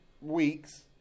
weeks